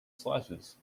slashes